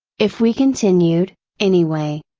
if we continued, anyway.